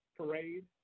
parade